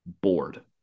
bored